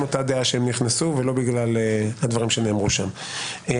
אותה דעה שהם נכנסו אליו ולא בגלל הדברים שנאמרו שם.